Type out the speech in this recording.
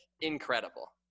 incredible